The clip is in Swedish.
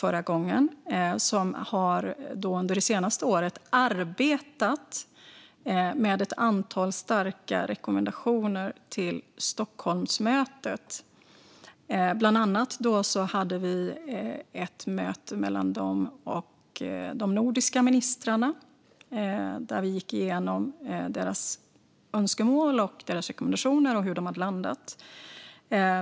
Den har under det senaste året arbetat med ett antal starka rekommendationer till Stockholmsmötet. Vi hade bland annat ett möte med dem och de nordiska ministrarna, där vi gick igenom deras önskemål och rekommendationer och hur de hade landat.